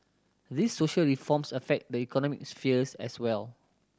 these social reforms affect the economic spheres as well